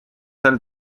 sel